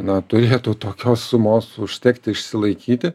na turėtų tokios sumos užtekti išsilaikyti